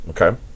Okay